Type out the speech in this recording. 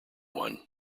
one